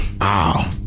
Wow